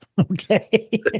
Okay